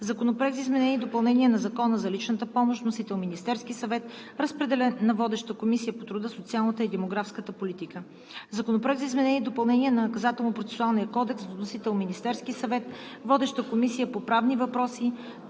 Законопроект за изменение и допълнение на Закона за личната помощ. Вносител – Министерският съвет. Водеща е Комисията по труда, социалната и демографската политика. Законопроект за изменение и допълнение на Наказателно-процесуалния кодекс. Вносител – Министерският съвет. Водеща е Комисията по правни въпроси.